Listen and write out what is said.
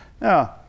Now